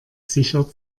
sicher